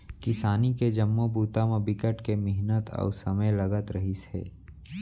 किसानी के जम्मो बूता म बिकट के मिहनत अउ समे लगत रहिस हे